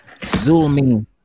Zulmi